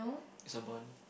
is a bond